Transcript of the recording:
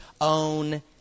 own